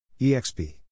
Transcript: EXP